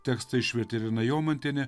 tekstą išvertė irena jomantienė